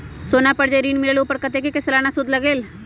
सोना पर जे ऋन मिलेलु ओपर कतेक के सालाना सुद लगेल?